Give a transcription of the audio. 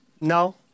no